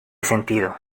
sentido